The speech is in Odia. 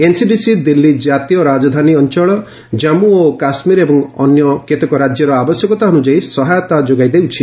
ଏନ୍ସିଡିସି ଦିଲ୍ଲୀ କାତୀୟ ରାଜଧାନୀ ଅଞ୍ଚଳ ଜାମ୍ମୁ ଓ କାଶ୍ମୀର ଏବଂ ଅନ୍ୟ କେତେକ ରାଜ୍ୟର ଆବଶ୍ୟକତା ଅନୁଯାୟୀ ସହାୟତା ଯୋଗାଇ ଦେଉଛି